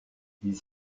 ils